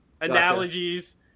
analogies